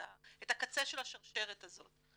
את הקצה של השרשרת הזאת.